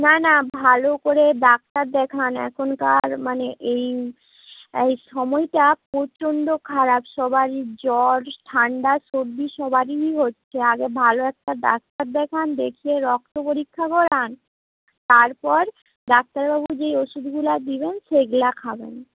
না না ভালো করে ডাক্তার দেখান এখনকার মানে এই সময়টা প্রচণ্ড খারাপ সবারই জ্বর ঠান্ডা সর্দি সবারই হচ্ছে আগে ভালো একটা ডাক্তার দেখান দেখিয়ে রক্ত পরীক্ষা করান তারপর ডাক্তারবাবু যেই ওষুধগুলো দিবেন সেগুলো খাবেন